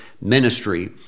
ministry